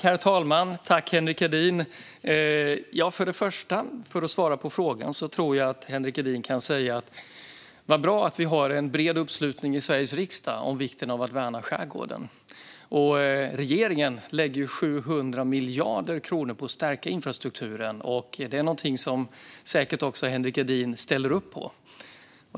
Herr talman! Jag tackar Henrik Edin. För att svara på frågan tror jag att Henrik Edin kan säga: Vad bra att vi har en bred uppslutning i Sveriges riksdag om vikten av att värna skärgården! Regeringen lägger 700 miljarder kronor på att stärka infrastrukturen. Det är någonting som säkert också Henrik Edin ställer upp på.